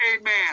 Amen